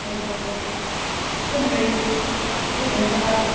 ए त्यसो भए के भन्छ